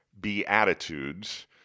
Beatitudes